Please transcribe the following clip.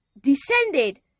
descended